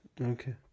Okay